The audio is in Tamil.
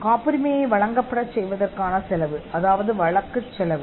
காப்புரிமை வழங்குவதற்கான செலவு அதுதான் வழக்கு செலவு